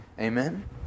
Amen